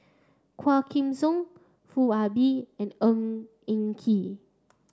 Quah Kim Song Foo Ah Bee and Eng Ng Kee